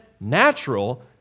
natural